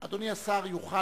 אדוני השר יוכל,